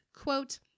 Quote